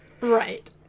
Right